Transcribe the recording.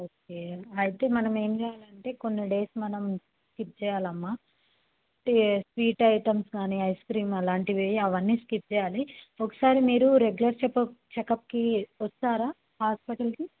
okay అయితే మనం ఏమి చేయాలంటే కొన్ని డేస్ మనం స్కిప్ చేయాలమ్మా ఈ స్వీట్ ఐటమ్స్ కానీ ఐస్ క్రీమ్ అలాంటివి అవన్నీ స్కిప్ చేయాలి ఒకసారి మీరు రెగ్యులర్ చెకప్ చెకప్కి వస్తారా హాస్పిటల్కి